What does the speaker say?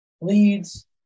leads